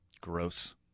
Gross